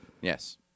Yes